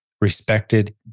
respected